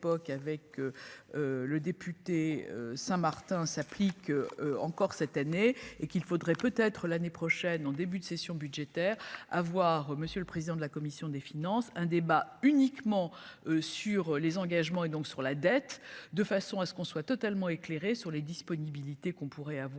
avec le député Saint- Martin s'applique encore cette année et qu'il faudrait peut-être l'année prochaine en début de session budgétaire à voir monsieur le président de la commission des finances, un débat uniquement sur les engagements et donc sur la dette, de façon à ce qu'on soit totalement éclairé sur les disponibilités qu'on pourrait avoir